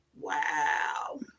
wow